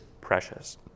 precious